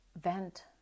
vent